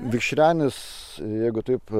vikšrenis jeigu taip